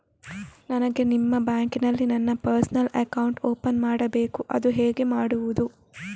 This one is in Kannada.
ನನಗೆ ನಿಮ್ಮ ಬ್ಯಾಂಕಿನಲ್ಲಿ ನನ್ನ ಪರ್ಸನಲ್ ಅಕೌಂಟ್ ಓಪನ್ ಮಾಡಬೇಕು ಅದು ಹೇಗೆ ಮಾಡುವುದು?